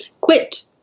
quit